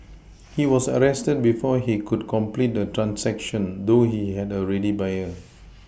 he was arrested before he could complete the transaction though he had a ready buyer